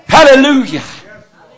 Hallelujah